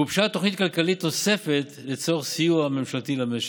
גובשה תוכנית כלכלית נוספת לצורך סיוע ממשלתי למשק,